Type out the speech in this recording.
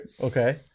Okay